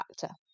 factor